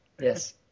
Yes